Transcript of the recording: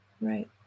right